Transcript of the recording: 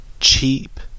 cheap